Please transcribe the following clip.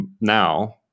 now